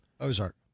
Ozark